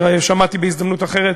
שמעתי בהזדמנות אחרת,